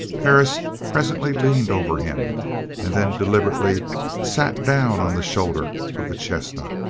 perris presently leaned over him and then deliberately sat down on the shoulder of the chestnut.